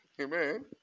Amen